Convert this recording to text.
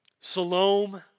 Salome